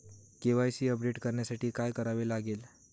KYC update करण्यासाठी काय करावे लागेल?